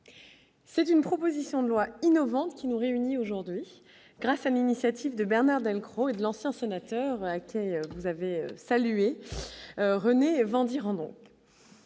C'est une proposition de loi innovante qui nous réunit aujourd'hui grâce à l'initiative de Bernard Delcros de l'ancien sénateur été vous avez salué René Vandierendonck